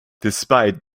despite